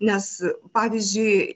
nes pavyzdžiui